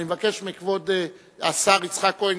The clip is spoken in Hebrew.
אני מבקש מכבוד השר יצחק כהן,